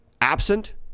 absent